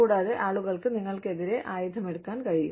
കൂടാതെ ആളുകൾക്ക് നിങ്ങൾക്കെതിരെ ആയുധമെടുക്കാൻ കഴിയും